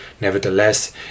Nevertheless